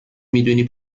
میدونی